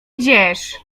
jedziesz